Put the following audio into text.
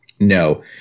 No